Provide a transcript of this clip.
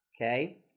Okay